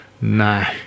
No